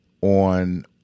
on